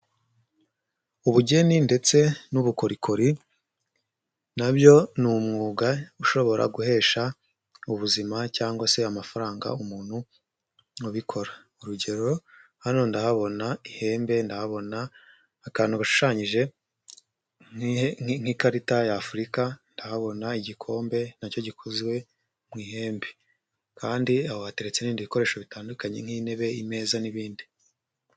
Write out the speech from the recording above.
Ubugeni ndetse n'ubukorikori na byo ni umwuga ushobora guhesha ubuzima cyangwa se amafaranga umuntu ubikora, urugero hano ndahabona ihembe, ndahabona akantu ashushanyije nk'ikarita ya Afurika, ndahabona igikombe nacyo gikozwe mu ihembe kandi aho hateretse n'ibindi bikoresho bitandukanye nk'intebe, imeza n'ibindi.